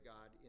God